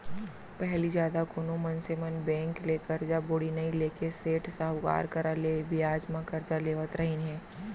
पहिली जादा कोनो मनसे मन बेंक ले करजा बोड़ी नइ लेके सेठ साहूकार करा ले बियाज म करजा लेवत रहिन हें